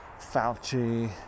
Fauci